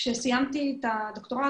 כשסיימתי את הדוקטורט,